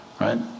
right